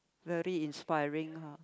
very inspiring ha